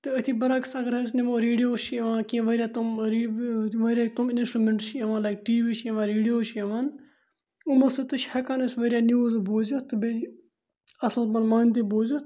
تہٕ أتھی بَرعکس اگر أسۍ نِمو ریڈیو چھِ یِوان کینٛہہ واریاہ تِم واریاہ تِم اِنَسٹرٛوٗمٮ۪نٛٹٕس چھِ یِوان لایِک ٹی وی چھِ یِوان ریڈیو چھِ یِوان یِمو سۭتۍ تہِ چھِ ہٮ۪کان أسۍ واریاہ نِوٕز بوٗزِتھ تہٕ بیٚیہِ اَصٕل پٲٹھۍ مانتی بوٗزِتھ